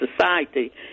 society